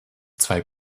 zwei